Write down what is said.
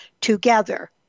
together